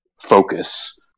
focus